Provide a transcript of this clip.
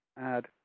add